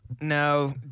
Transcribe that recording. No